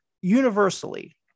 universally